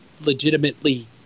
legitimately